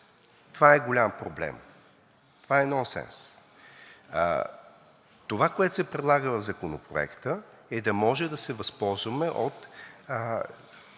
това е голям проблем, това е нонсенс. Това, което се предлага в Законопроекта, е да може да се възползваме от